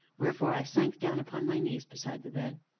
wherefore i sank down upon my knees beside the bed.